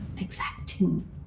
exacting